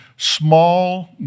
small